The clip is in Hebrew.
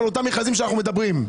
על אותם מכרזים שאנחנו מדברים.